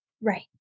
Right